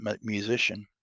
musician